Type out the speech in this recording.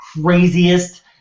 craziest